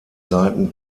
seiten